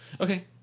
Okay